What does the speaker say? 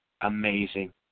Amazing